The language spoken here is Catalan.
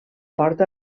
porta